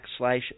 backslash